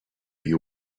you